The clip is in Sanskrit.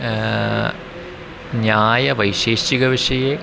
न्यायवैषेशिकविषये